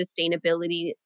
sustainability